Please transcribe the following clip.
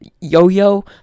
yo-yo